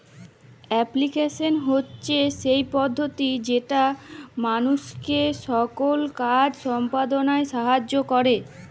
application হছে সেই পদ্ধতি যেট মালুসকে কল কাজ সম্পাদলায় সাহাইয্য ক্যরে